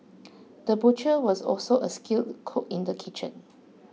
the butcher was also a skilled cook in the kitchen